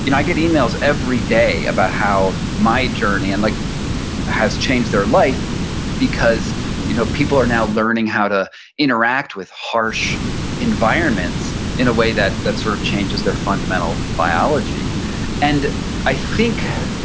you know i get emails every day about how my journey and like has changed their life because you know people are now learning how to interact with harsh environments in a way that that sort of changes their fundamental biology and i think,